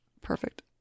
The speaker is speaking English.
Perfect